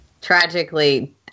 Tragically